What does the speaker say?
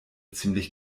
ziemlich